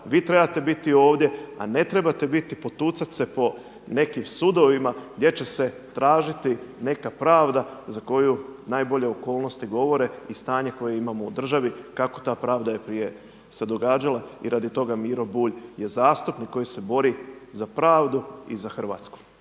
vi trebate biti ovdje a ne trebate biti i potucati se po nekim sudovima gdje će se tražiti neka pravda za koju najbolje okolnosti govore i stanje koje imamo u državi kako je ta pravda se događala i radi toga Miro Bulj je zastupnik koji se bori za pravdu i za Hrvatsku.